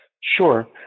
Sure